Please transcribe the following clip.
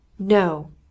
No